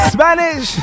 Spanish